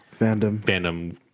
Fandom